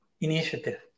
initiative